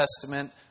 Testament